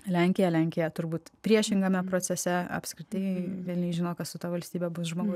lenkija lenkija turbūt priešingame procese apskritai velniai žino kas su ta valstybe bus žmogus